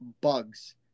Bugs